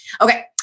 Okay